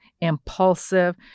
impulsive